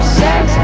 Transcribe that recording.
sex